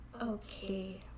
Okay